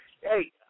hey